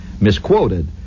Misquoted